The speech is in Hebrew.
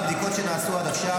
מהבדיקות שנעשו עד עכשיו,